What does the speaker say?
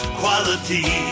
quality